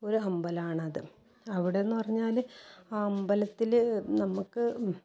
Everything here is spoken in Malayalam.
ഒരു അമ്പലമാണത് അവിടെ എന്ന് പറഞ്ഞാൽ ആ അമ്പലത്തിൽ നമുക്ക്